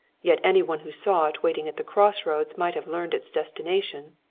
yet any one who saw it waiting at the crossroads might have learned its destination.